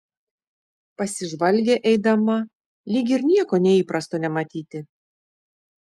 pasižvalgė eidama lyg ir nieko neįprasto nematyti